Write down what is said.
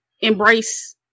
embrace